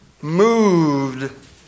moved